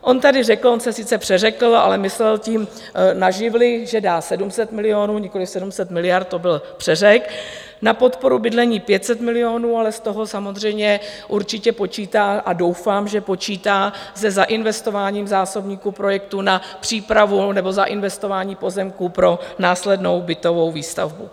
On tady řekl on se sice přeřekl, ale myslel tím, na živly že dá 700 milionů, nikoliv 700 miliard to byl přeřek, na podporu bydlení 500 milionů, ale z toho samozřejmě určitě počítá, a doufám, že počítá, se zainvestováním zásobníku projektů na přípravu nebo zainvestování pozemků pro následnou bytovou výstavbu.